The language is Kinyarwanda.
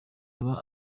aba